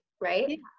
Right